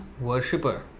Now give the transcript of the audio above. worshipper